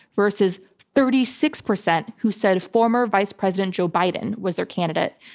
versus thirty six percent, who said former vice president joe biden was their candidate.